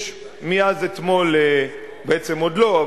יש מאז אתמול, בעצם עוד לא,